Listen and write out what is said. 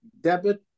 debit